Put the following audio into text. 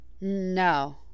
no